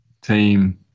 team